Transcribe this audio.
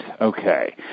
Okay